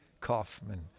Kaufman